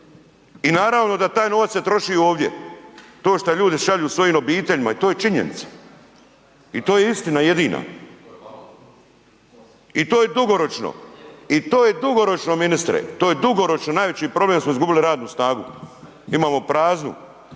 I naravno da taj novac se troši ovdje, to šta ljudi šalju svojim obiteljima to je činjenica i to je istina jedina. I to je dugoročno i to je dugoročno ministre, to je dugoročno, najveći problem je da smo izgubili radnu snagu. Imamo praznu